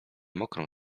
mokrą